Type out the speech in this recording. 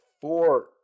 four